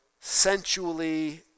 sensually